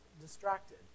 distracted